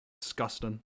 Disgusting